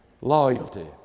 Loyalty